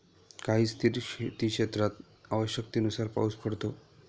काही स्थिर शेतीक्षेत्रात आवश्यकतेनुसार पाऊस पडतो